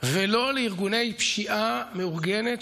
ולא לארגוני פשיעה מאורגנת,